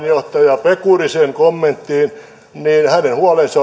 johtaja pekurisen kommenttiin niin hänen huolensa